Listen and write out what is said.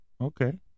Okay